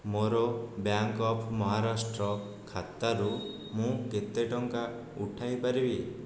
ମୋର bank of Maharashtra ଖାତାରୁ ମୁଁ କେତେ ଟଙ୍କା ଉଠାଇ ପାରିବି